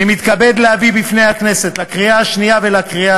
אני מתכבד להביא בפני הכנסת לקריאה השנייה ולקריאה